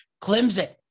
Clemson